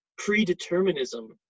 predeterminism